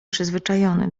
przyzwyczajony